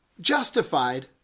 justified